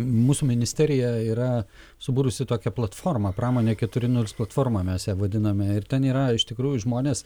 mūsų ministerija yra subūrusi tokią platformą pramonė keturi nulis platforma mes ją vadiname ir ten yra iš tikrųjų žmonės